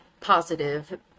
positive